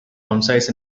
concise